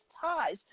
ties